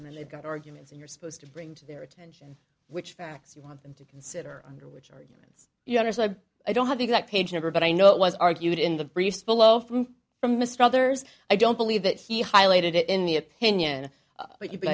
and they've got arguments and you're supposed to bring to their attention which facts you want them to consider under which arguments you know i don't have the exact page number but i know it was argued in the low from mr others i don't believe that he highlighted it in the opinion but you but